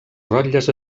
rotlles